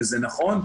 וזה נכון.